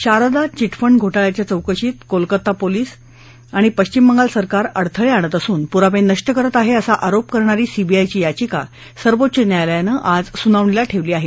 Sharda chit fund घोटाळ्याच्या चौकशीत Kolkata police आणि पश्चिमबंगाल सरकार अडथळे आणत असून पुरावे नष्ट करत आहे असा आरोप करणारी सीबीआयची याचिका सर्वोच्च न्यायालयानं आज सुनावणीला ठेवली आहे